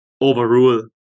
overrule